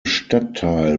stadtteil